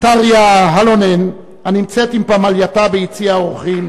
טאריה האלונן, הנמצאת עם פמלייתה ביציע האורחים,